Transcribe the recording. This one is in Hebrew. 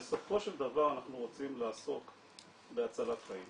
בסופו של דבר אנחנו רוצים לעסוק בהצלת חיים